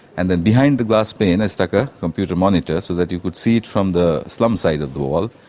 and then behind the glass pane i stuck a computer monitor so that you could see it from the slum side of the wall,